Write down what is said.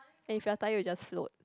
and if you're tired you just float